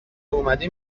اومده